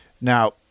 now